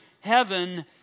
heaven